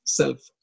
self